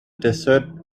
desert